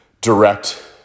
direct